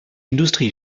industrie